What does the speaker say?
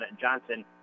Johnson